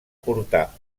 portar